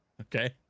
Okay